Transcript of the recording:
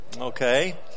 okay